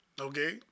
Okay